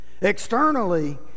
Externally